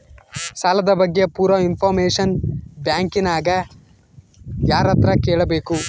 ಸಾಲದ ಬಗ್ಗೆ ಪೂರ ಇಂಫಾರ್ಮೇಷನ ಬ್ಯಾಂಕಿನ್ಯಾಗ ಯಾರತ್ರ ಕೇಳಬೇಕು?